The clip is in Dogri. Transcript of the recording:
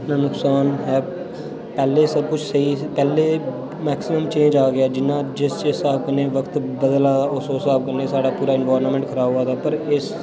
बड़ा नुकसान ऐ पैह्ले सब कुछ स्हेई पैह्ले मैक्सिमम चेंज आ गेआ जि'यां जिस जिस स्हाब कन्नै वक्त बदला दा उस उस स्हाब कन्नै साढ़ा पूरा एनवायर्नमेंट खराब होआ दा पर